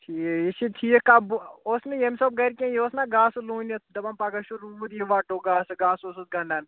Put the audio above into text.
ٹھیٖک یہِ چھُ ٹھیٖک کَب اوس مےٚ ییٚمۍ حساب گَرِکٮ۪ن یہِ اوس مےٚ گاسہٕ لوٗنِتھ دَپان پَگاہ چھُ روٗد یِم وَٹو گاسہٕ گاسہٕ اوسُس گَنٛڈان